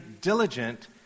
diligent